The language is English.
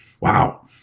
Wow